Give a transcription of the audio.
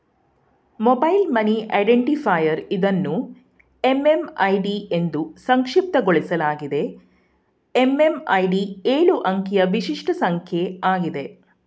mobile money identifier ಇದನ್ನು MMID ಎಂದೂ ಸಂಕ್ಷಿಪ್ತಗೊಳಿಸಲಾಗಿದೆ ಎಂ.ಎಂ.ಐ.ಡಿ ಎಳು ಅಂಕಿಯ ವಿಶಿಷ್ಟ ಸಂಖ್ಯೆ ಆಗಿದೆ